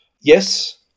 yes